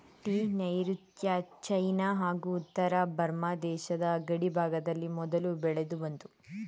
tea ನೈರುತ್ಯ China ಹಾಗೂ ಉತ್ತರ ಬರ್ಮ ದೇಶದ ಗಡಿಭಾಗದಲ್ಲಿ ಮೊದಲು ಬೆಳೆದುಬಂತು